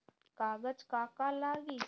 कागज का का लागी?